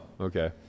okay